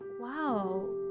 wow